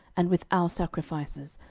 and with our sacrifices,